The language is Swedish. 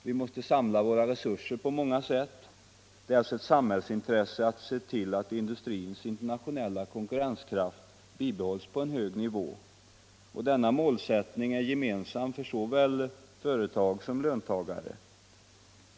Vi måste samla våra resurser på många sätt. Det är alltså ett samhällsintresse att se till att industrins internationella konkurrenskraft bibehålls på en hög nivå. Denna målsättning är gemensam för såväl företag som löntagare.